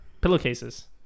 pillowcases